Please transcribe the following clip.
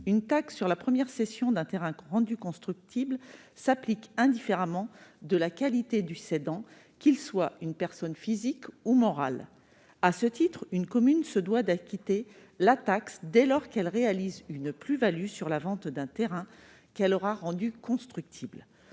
une taxe sur la première cession d'un terrain rendu constructible s'applique indifféremment de la qualité du cédant, qu'il soit une personne physique ou morale. À ce titre, une commune doit acquitter la taxe dès lors qu'elle réalise une plus-value sur la vente d'un terrain qu'elle aura rendu constructible.